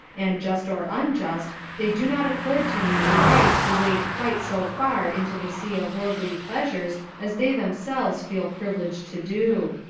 and just or unjust, they do not accord to you the right to wade quite so far into the sea of worldly pleasures as they themselves feel privileged to do.